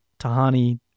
Tahani